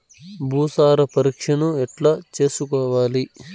భూసార పరీక్షను ఎట్లా చేసుకోవాలి?